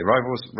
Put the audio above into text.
Rivals